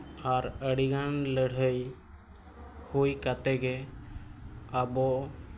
ᱟᱨ ᱟᱹᱰᱤ ᱜᱟᱱ ᱞᱟᱹᱲᱦᱟᱹᱭ ᱦᱩᱭ ᱠᱟᱛᱮᱫ ᱜᱮ ᱟᱵᱚ